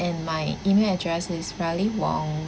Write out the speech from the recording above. and my email address is riley wong